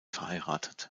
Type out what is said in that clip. verheiratet